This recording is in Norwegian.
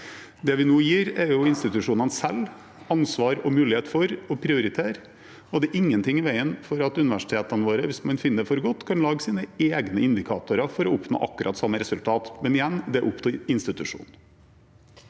det. Vi gir nå institusjonene ansvar for og mulighet til selv å prioritere, og det er ingenting i veien for at universitetene våre, hvis de finner det for godt, kan lage sine egne indikatorer for å oppnå akkurat samme resultat. Men igjen: Det er opp til institusjonen.